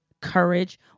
courage